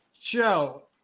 Joe